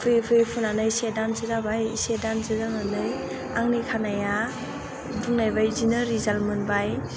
फुयै फुयै फुनानै से दानसो जाबाय से दानसो जानानै आंनि खानाया बुंनायबायदिनो रिजाल्ट मोनबाय